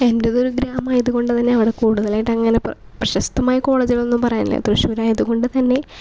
എൻ്റേത് ഒരു ഗ്രാമമായത് കൊണ്ട് തന്നെ അവിടെ കൂടുതലായിട്ട് അങ്ങനെ പ്രശസ്തമായ കോളേജ്കളൊന്നും പറയാനില്ല തൃശ്ശൂർ ആയത് കൊണ്ട് തന്നെ